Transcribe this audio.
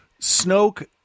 snoke